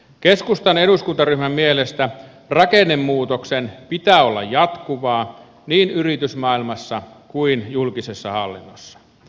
keskustan eduskuntaryhmän mielestä rakennemuutoksen pitää olla jatkuvaa niin yritysmaailmassa kuin julkisessa hallinnossa